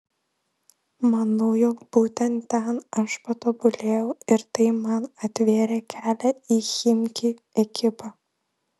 manau jog būtent ten aš patobulėjau ir tai man atvėrė kelią į chimki ekipą